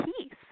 peace